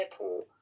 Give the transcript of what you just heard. airport